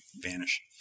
vanish